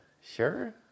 Sure